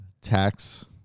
tax